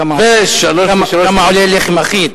כמה עולה לחם אחיד?